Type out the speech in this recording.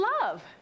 love